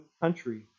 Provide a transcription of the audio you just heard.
country